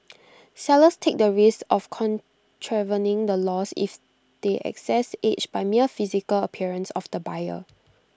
sellers take the risk of contravening the laws if they assess age by mere physical appearance of the buyer